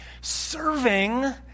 Serving